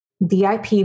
VIP